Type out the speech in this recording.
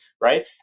Right